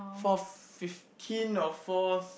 four fifteen or four